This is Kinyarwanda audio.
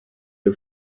iyo